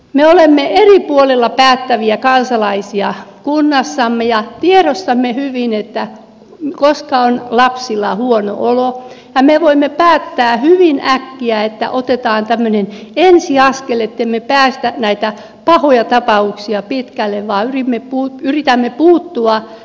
me olemme eri puolilla päättäviä kansalaisia kunnassamme ja tiedostamme hyvin koska on lapsilla huono olo ja me voimme päättää hyvin äkkiä että otetaan tämmöinen ensiaskel ettemme päästä näitä pahoja tapauksia pitkälle vaan yritämme puuttua ennalta ehkäisevästi